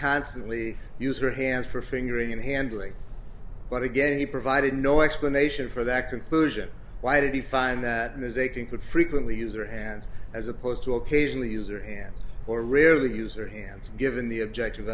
constantly used her hands for fingering and handling but again he provided no explanation for that conclusion why did he find that ms aiken could frequently use their hands as opposed to occasionally use their hands or rarely use their hands given the objective